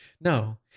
No